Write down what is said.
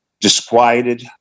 disquieted